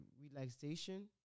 relaxation